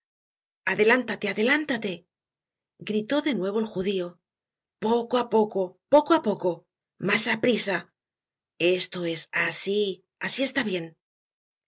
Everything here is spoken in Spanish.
adelántate adelántate gritó de nuevo el judio poco á poco poco á poco mas á prisa esto es asi está bien